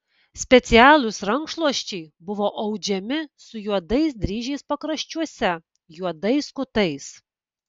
specialūs rankšluosčiai buvo audžiami su juodais dryžiais pakraščiuose juodais kutais